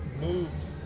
moved